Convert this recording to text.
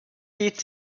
zieht